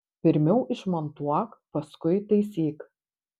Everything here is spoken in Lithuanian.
pirmiau išmontuok paskui taisyk